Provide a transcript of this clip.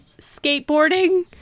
skateboarding